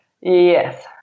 Yes